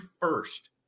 first